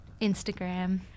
Instagram